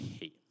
hate